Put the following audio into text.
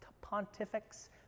pontifex